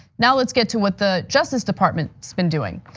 now let's get to what the justice department's been doing.